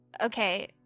Okay